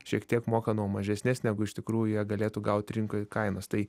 šiek tiek moka nuo mažesnės negu iš tikrųjų jie galėtų gauti rinkoj kainos tai